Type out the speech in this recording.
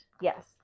Yes